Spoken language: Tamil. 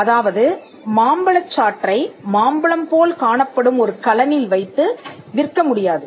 அதாவது மாம்பழச் சாற்றை மாம்பழம் போல் காணப்படும் ஒரு கலனில் வைத்து விற்க முடியாது